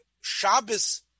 Shabbos